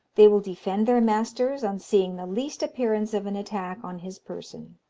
they will defend their masters on seeing the least appearance of an attack on his person.